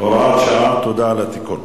תודה על התיקון.